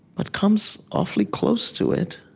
but comes awfully close to it